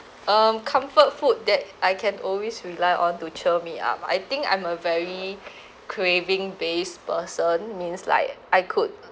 um comfort food that I can always rely on to cheer me up I think I'm a very craving based person means like I could